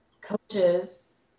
coaches